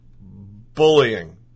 bullying